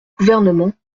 gouvernement